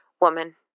woman